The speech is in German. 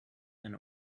eine